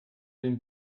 den